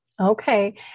Okay